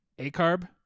ACARB